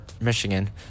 Michigan